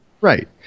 Right